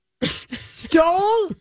stole